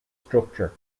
structure